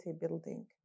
building